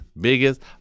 biggest